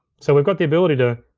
so we've got the ability to,